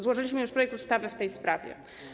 Złożyliśmy już projekt ustawy w tej sprawie.